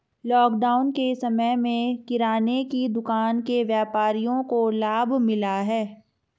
lockdown के समय में किराने की दुकान के व्यापारियों को लाभ मिला है